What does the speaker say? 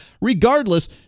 regardless